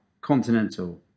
Continental